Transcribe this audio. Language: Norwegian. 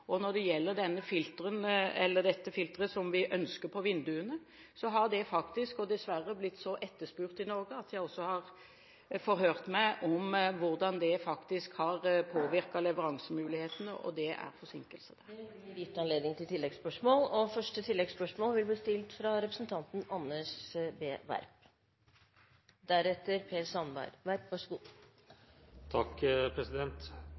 Når det gjelder dette filteret som vi ønsker på vinduene, så har det faktisk – dessverre – blitt så etterspurt i Norge. Jeg har forhørt meg om hvordan det har påvirket leveransemulighetene, og det er forsinkelser. Det blir gitt anledning til oppfølgingsspørsmål – først representanten Anders B. Werp. Statsråden sier at mye er gjort på beredskapsområdet, og at mye vil bli